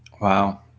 Wow